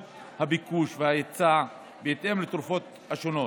הביקוש וההיצע בהתאם לתרופות השונות.